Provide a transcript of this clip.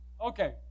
Okay